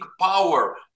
power